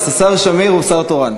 השר שמיר הוא שר תורן.